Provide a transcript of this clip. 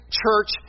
church